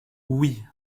oui